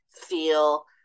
feel